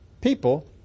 people